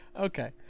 okay